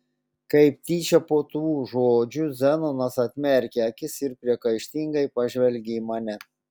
kaip tyčia po tų žodžių zenonas atmerkė akis ir priekaištingai pažvelgė į mane